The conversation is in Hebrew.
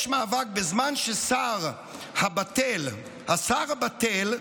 יש מאבק, בזמן ששר הבָּטֵ"ל, השר הבָּטֵל,